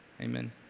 Amen